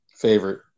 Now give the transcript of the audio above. Favorite